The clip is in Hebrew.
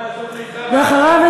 ואחריו,